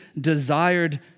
desired